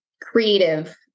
creative